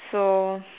so